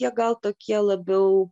jie gal tokie labiau